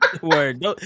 Word